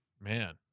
Man